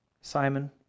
Simon